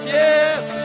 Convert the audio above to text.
yes